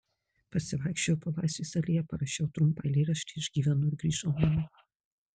pasivaikščiojau po laisvės alėją parašiau trumpą eilėraštį aš gyvenu ir grįžau namo